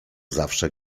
zawsze